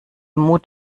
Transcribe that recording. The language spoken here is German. mut